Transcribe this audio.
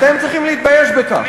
אתם צריכים להתבייש בכך.